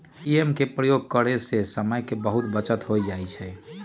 ATM के प्रयोग करे से समय के बहुते बचत हो जाइ छइ